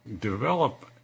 develop